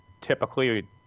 typically